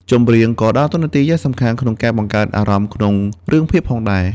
ចម្រៀងក៏ ដើរតួនាទីយ៉ាងសំខាន់ក្នុងការបង្កើតអារម្មណ៍ក្នុងរឿងភាគផងដែរ។